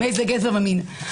מאיזה גזע ומין,